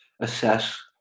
assess